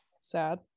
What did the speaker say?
sad